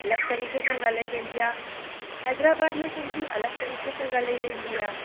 अलगि॒ तरीक़े सां गाल्हाई वेंदी आहे हैदराबाद में सिंधी अलगि॒ तरीक़े सां गाल्हाई वेंदी आहे